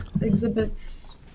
exhibits